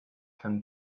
can